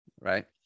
Right